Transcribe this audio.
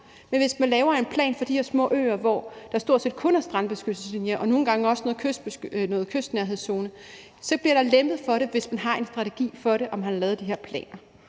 Men hvis man laver en plan for de her små øer, hvor der stort set kun er strandbeskyttelseslinjer og nogle gange også noget kystnærhedszone, bliver der lempet for det, altså hvis man har en strategi for det og man har lavet de her planer.